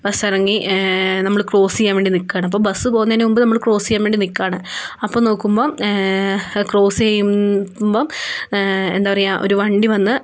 ബസ്സിറങ്ങി നമ്മള് ക്രോസ് ചെയ്യാന് വേണ്ടി നില്ക്കുകയാണ് അപ്പോള് ബസ് പോകുന്നതിന് മുമ്പ് നമ്മള് ക്രോസ് ചെയ്യാന് വേണ്ടി നില്ക്കുകയാണ് അപ്പോള് നോക്കുമ്പോള് ക്രോസ് ചെയ്യുമ്പോള് എന്താണ് പറയുക ഒരു വണ്ടി വന്ന്